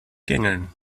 gängeln